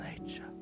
nature